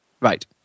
Right